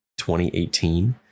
2018